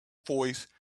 voice